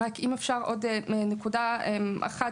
אם אפשר עוד נקודה אחת